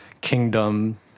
Kingdom